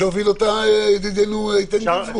שהוביל אותה ידידנו, איתן גינזבורג.